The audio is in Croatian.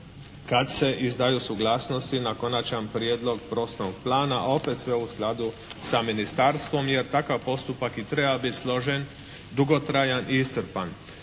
kad se izdaju suglasnosti na Konačan prijedlog prostornog plana a opet sve u skladu sa Ministarstvom jer takav postupak i treba biti složen, dugotrajan i iscrpan.